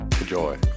Enjoy